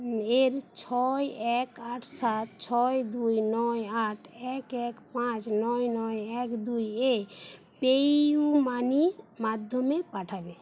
এর ছয় এক আট সাত ছয় দুই নয় আট এক এক পাঁচ নয় নয় এক দুই এ পেইউ মানির মাধ্যমে পাঠাবে